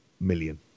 million